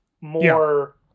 more